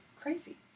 crazy